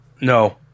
No